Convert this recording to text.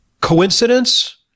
coincidence